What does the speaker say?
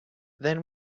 then